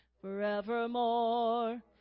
forevermore